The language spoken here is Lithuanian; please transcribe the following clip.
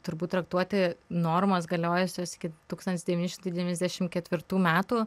turbūt traktuoti normos galiojusios iki tūkstantis devyni šimtai devyniasdešim ketvirtų metų